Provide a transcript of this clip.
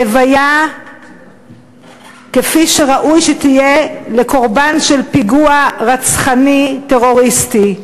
לוויה כפי שראוי שתהיה לקורבן של פיגוע רצחני טרוריסטי?